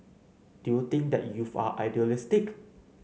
do you think that youth are idealistic